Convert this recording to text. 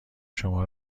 شما